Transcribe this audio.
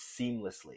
seamlessly